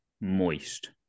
moist